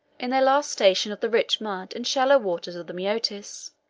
in their last station of the rich mud and shallow water of the maeotis.